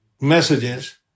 messages